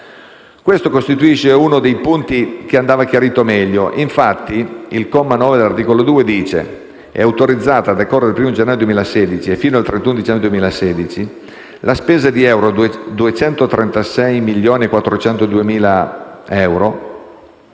Questo costituisce uno dei punti che andava chiarito meglio. Il comma 9 dell'articolo 2 dice che è autorizzata, a decorrere dal 1° gennaio 2016 e fino al 31 dicembre 2016, la spesa di euro 236,402 milioni di euro